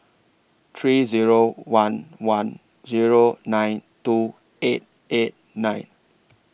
three Zero one one Zero nine two eight eight nine